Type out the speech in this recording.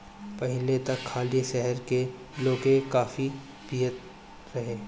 पहिले त खाली शहर के लोगे काफी पियत रहे